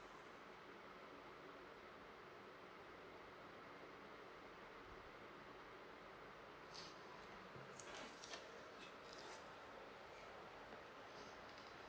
uh